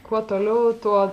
kuo toliau tuo